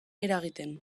eragiten